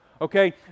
okay